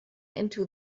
into